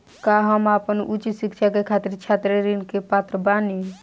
का हम आपन उच्च शिक्षा के खातिर छात्र ऋण के पात्र बानी?